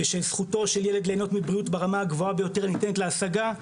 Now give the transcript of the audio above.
ושזכותו של ילד ליהנות מבריאות ברמה הגבוהה ביותר הניתנת להשגה.